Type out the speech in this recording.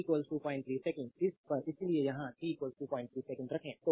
तो t 03 second पर इसलिए यहां t 03 सेकंड रखें